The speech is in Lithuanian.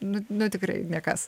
nu nu tikrai nekas